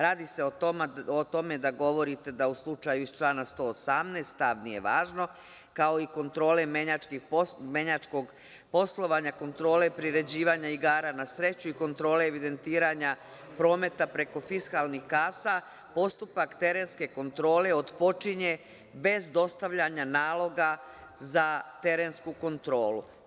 Radi se o tome da govorite da u slučaju iz člana 118. stav nije važno, kao i kontrole menjačkog poslovanja kontrole privređivanja igara na sreću i kontrole evidentiranja prometa preko fiskalnih kasa postupak terenske kontrole otpočinje bez dostavljanja naloga za terensku kontrolu.